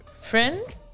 friend